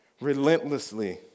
relentlessly